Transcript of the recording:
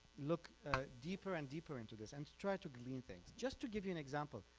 look ah deeper and deeper into this and try to glean things just to give you an example.